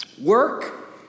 work